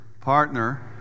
Partner